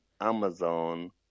Amazon